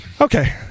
Okay